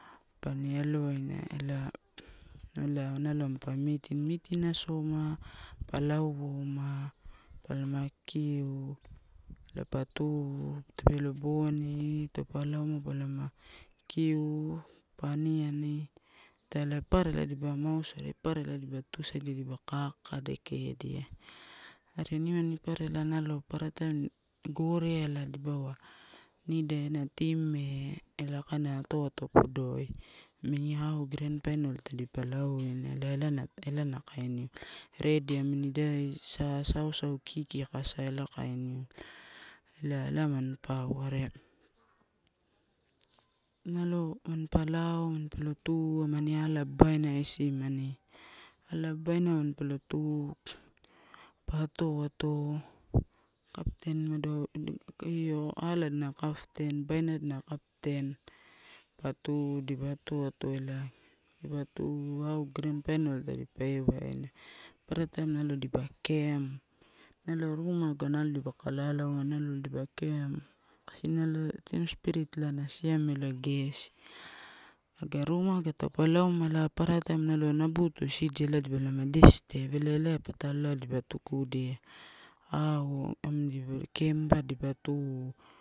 Pani elowainaela, ela nalo mampa meeting asoma, pa lauouma, pa kikiu, pa tu. Tape lo boni taupa lauma palama kikiu pa aniani italai, papara dipa mausu are papara dipa tuisadia dipa kakadeke edia. Are nimani papara ela nalo papara taim goveai ela dipauwa nida ena team e ela kaina atoato podoi amini how grand final tadipa lau uiwa, ela-ela na bainiuwa redi amini pa sausau kiki akasa ela kainiuwa. Ela, ela manpauwa, are nalo manpa amani alo, babaina isimani, ela babaina mampa tu pa atoato, captain umado io ala adina captain, babaina adina captain pa tu dipa atoato ela. Dipa tu how grand final tadipa ewaina, papara taim nalo dipa kem nalo ruma aga nalo dipaka lalauma nalo dipa camp kaiai nalo team spirit na siamela gesi. Aga ruma aga taupa launia papara taim habutu isidia ela nalo dipalama disturb ela, elaia patalo dipa tukudia, how camp dipa tu.